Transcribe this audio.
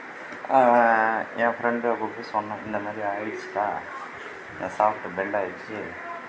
என் ஃப்ரெண்ட்டை கூப்பிட்டு சொன்னேன் இந்த மாரி ஆயிடுச்சுடா ஷாஃப்ட்டு பெண்ட்டாயிடுச்சு